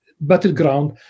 battleground